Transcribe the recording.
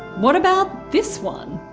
what about this one?